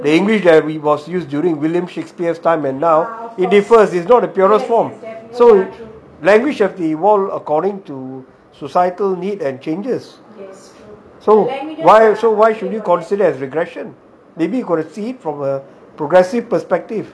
the english that we was used during william shakespeare's time it differs it's not its purest form so language has to evolve according to societal needs and changes so why should we consider it as regression maybe we can see it from progressive perspective